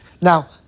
Now